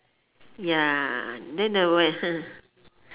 ya then the